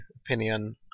opinion